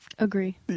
Agree